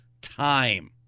time